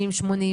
50,000,